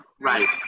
Right